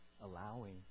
allowing